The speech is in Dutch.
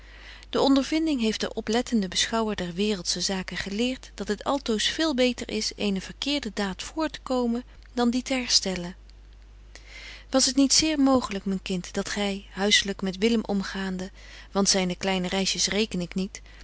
de ondervinding heeft den oplettenden beschouwer der waereldsche zaken geleert dat het altoos veel beter is eene verkeerde daad voortekomen dan die te herstellen was het niet zeer mooglyk myn kind dat gy huisselyk met willem omgaande want zyne kleine reisjes reken ik niet